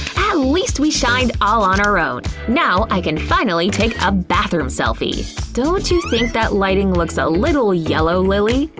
at least we shined all on our own. now i can finally take a bathroom selfie. don't you think that lighting looks a little yellow, lilly?